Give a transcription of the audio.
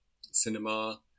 cinema